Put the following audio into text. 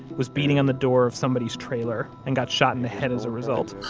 was beating on the door of somebody's trailer and got shot in the head as a result.